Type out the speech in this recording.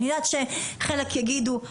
אני יודעת שחלק יגידו,